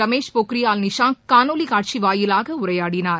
Ramesh Pokhriyal Nishank காணொலிகாட்சிவாயிலாகஉரையாடினார்